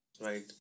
Right